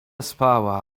spała